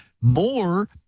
more